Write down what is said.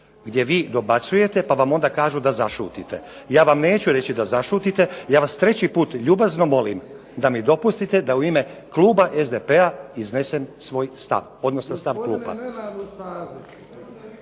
gdje vi dobacujete pa vam onda kažu da zašutite. Ja vam neću reći da zašutite. Ja vas treći put ljubazno molim da mi dopustite da u ime kluba SDP-a iznesem svoj stav, odnosno stav kluba.